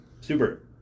Super